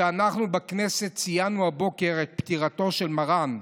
שאנחנו בכנסת ציינו הבוקר את פטירתו של מרן,